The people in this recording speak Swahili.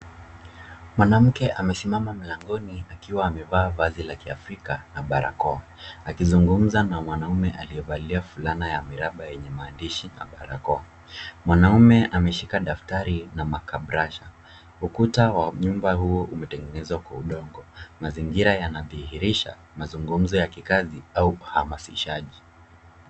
Mwanamke amesimama mlangoni akiwa amevaa vazi la kiafrika na barakoa akizunumza na mwanamume aliyevalia fulana yenye miraba ya maandishi na barakoa. Mwanamume ameshika daftari na makabrasha. Ukuta wa nyumba hio umetengenezwa kwa udongo. Mazingira yanadhihirisha mazungumzo ya kikazi au uhamasishaji.